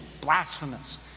blasphemous